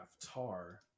Tar